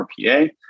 RPA